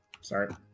Sorry